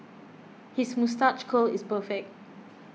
his moustache curl is perfect